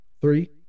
Three